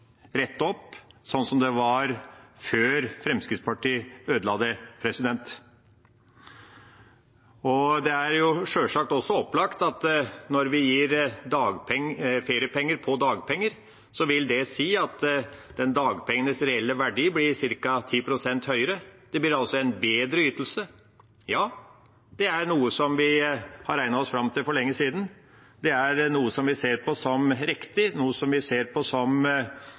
opp – slik det var før Fremskrittspartiet ødela det. Det er sjølsagt også opplagt at når vi gir feriepenger på dagpenger, vil det si at dagpengenes reelle verdi blir ca. 10 pst. høyere. Det blir altså en bedre ytelse. Ja, det er noe vi har regnet oss fram til for lenge siden. Det er noe vi ser på som riktig, noe vi ser på som